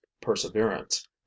perseverance